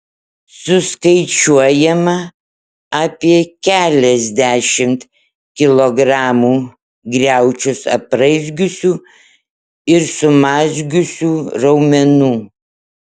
suskaičiuojama apie keliasdešimt kilogramų griaučius apraizgiusių ir sumazgiusių raumenų